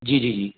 जी जी जी